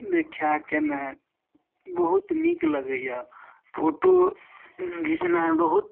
व्याख्या केनाए बहुत नीक लगैए फोटो घिचनाइ बहुत